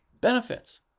benefits